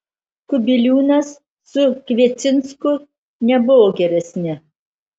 kubiliūnas su kviecinsku nebuvo geresni